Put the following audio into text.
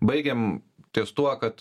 baigėm ties tuo kad